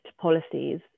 policies